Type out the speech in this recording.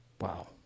Wow